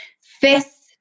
fifth